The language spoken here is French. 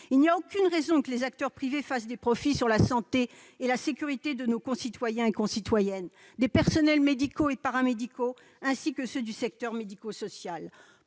Il n'y a aucune raison que les acteurs privés fassent des profits sur la santé et la sécurité de nos concitoyens et concitoyennes, des personnels médicaux, paramédicaux et ceux du secteur médicosocial